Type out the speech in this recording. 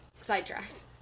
sidetracked